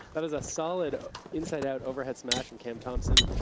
that is a solid inside out overhead smash from cam thompson.